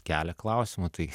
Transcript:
kelia klausimą tai